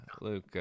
Luke